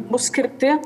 bus skirti